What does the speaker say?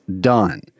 done